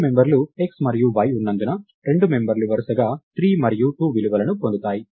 రెండు మెంబర్లు x మరియు y ఉన్నందున రెండు మెంబర్లు వరుసగా 3 మరియు 2 విలువలను పొందుతాయి